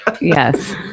Yes